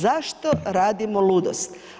Zašto radimo ludost?